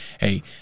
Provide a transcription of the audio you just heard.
Hey